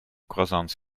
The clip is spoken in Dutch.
croissants